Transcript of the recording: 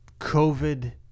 COVID